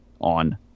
on